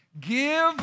Give